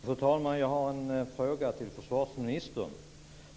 Fru talman! Jag har en fråga till försvarsministern.